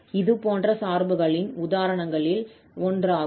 இது போன்ற சார்புகளின் உதாரணங்களில் ஒன்றாகும்